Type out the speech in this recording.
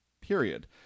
Period